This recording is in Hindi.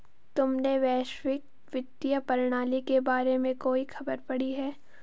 तुमने वैश्विक वित्तीय प्रणाली के बारे में कोई खबर पढ़ी है?